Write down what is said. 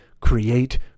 create